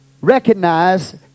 recognize